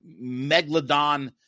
Megalodon